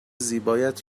زیبایت